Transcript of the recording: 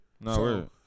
No